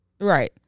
right